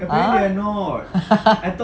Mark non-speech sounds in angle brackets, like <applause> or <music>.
!huh! <laughs>